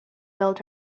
filled